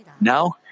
Now